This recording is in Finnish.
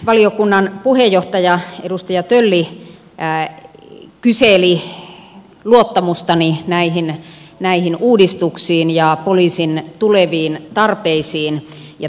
valiokunnan puheenjohtaja edustaja tölli kyseli luottamustani näihin uudistuksiin ja poliisin tuleviin tarpeisiin ja tilanteeseen